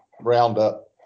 Roundup